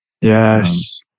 Yes